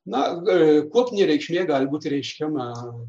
na kuopinė reikšmė gali būti reiškiama